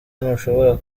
ntushobora